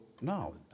no